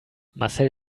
marcel